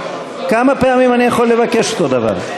כמה פעמים אני יכול לבקש אותו דבר?